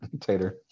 Tater